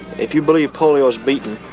if you believe polio is beaten,